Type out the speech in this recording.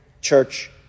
church